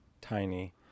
tiny